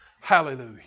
Hallelujah